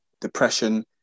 depression